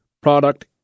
product